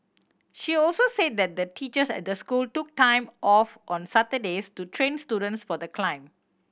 she also say that the teachers at the school took time off on Saturdays to train students for the climb